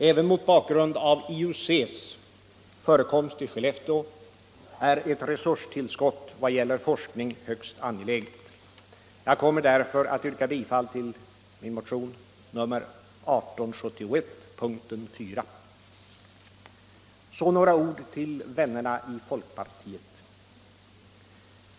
Även mot bakgrund av IUC:s förekomst i Skellefteå är ett resurstillskott vad gäller forskning högst angeläget. Jag kommer därför att yrka bifall till min motion nr 1871 punkten 4. Så några ord till vännerna i folkpartiet.